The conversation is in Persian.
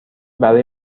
برای